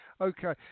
Okay